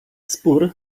spór